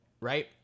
right